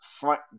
Front